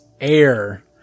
Air